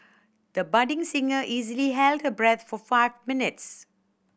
the budding singer easily held her breath for five minutes